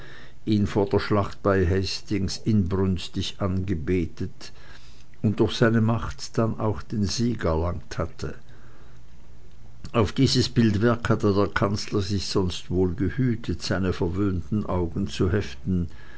ihn vor der schlacht bei hastings inbrünstig angebetet und durch seine macht dann auch den sieg erlangt hatte auf dieses bildwerk hatte der kanzler sich sonst wohl gehütet seine verwöhnten augen zu heften